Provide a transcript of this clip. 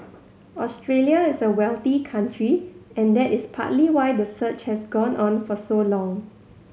Australia is a wealthy country and that is partly why the search has gone on for so long